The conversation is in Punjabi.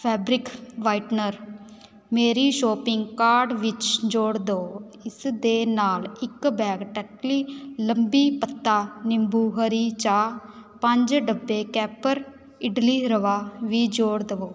ਫੈਬਰਿਕ ਵਾਈਟਨਰ ਮੇਰੀ ਸ਼ੋਪਿੰਗ ਕਾਰਟ ਵਿੱਚ ਜੋੜ ਦਿਉ ਇਸ ਦੇ ਨਾਲ਼ ਇੱਕ ਬੈਗ ਟੈਕਟਲੀ ਲੰਬੀ ਪੱਤਾ ਨਿੰਬੂ ਹਰੀ ਚਾਹ ਪੰਜ ਡੱਬੇ ਕੈਪਰ ਇਟਲੀ ਰਵਾ ਵੀ ਜੋੜ ਦਵੋ